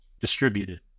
distributed